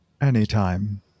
anytime